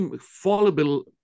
fallible